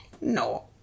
no